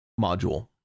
module